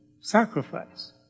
sacrifice